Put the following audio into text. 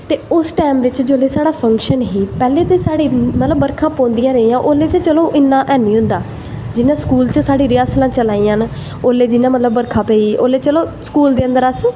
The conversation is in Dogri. ते उस टैम बिच्च जिसलै साढ़ा फंक्शन ही पैह्लें ते मतलव बरखां पौंदियां रेहियां उसले ते चलो इन्ना ऐनी होंदा जिसले स्कूल च साढ़ी रिआसलां चला दियां न उसले बरखा पेई उसले चलो स्कूल दे अन्दर अस